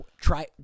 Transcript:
try